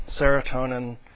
serotonin